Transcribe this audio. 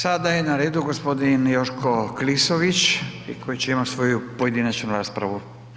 Sada je na redu gospodin Joško Klisović koji će imati svoju pojedinačnu raspravu.